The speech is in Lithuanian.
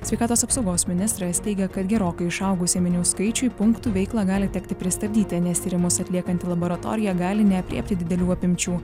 sveikatos apsaugos ministras teigia kad gerokai išaugus ėminių skaičiui punktų veiklą gali tekti pristabdyti nes tyrimus atliekanti laboratorija gali neaprėpti didelių apimčių